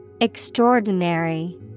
Extraordinary